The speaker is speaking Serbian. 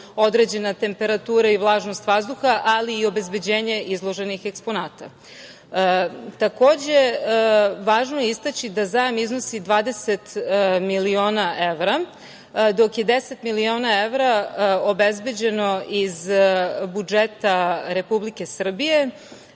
određena temperatura i vlažnost vazduha, ali i obezbeđenje izloženih eksponata. Takođe, važno je istaći da zajam iznosi 20 miliona evra, dok je 10 miliona evra obezbeđeno iz budžeta Republike Srbije,